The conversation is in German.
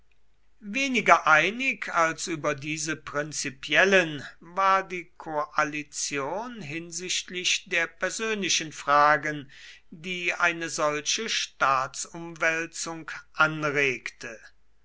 weniger einig als über diese prinzipiellen war die koalition hinsichtlich der persönlichen fragen die eine solche staatsumwälzung anregte